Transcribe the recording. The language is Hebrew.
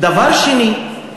דבר שני,